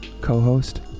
Co-host